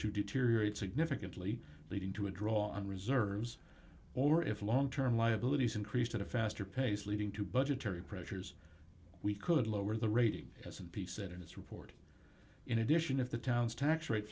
to deteriorate significantly leading to a draw on reserves or if long term liabilities increased at a faster pace leading to budgetary pressures we could lower the rate as a piece that in its report in addition of the town's tax rate